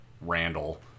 Randall